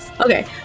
Okay